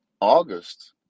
August